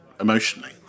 emotionally